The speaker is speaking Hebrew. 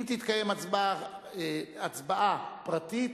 אם תתקיים הצבעה בפרטית,